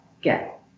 get